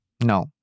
No